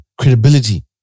Credibility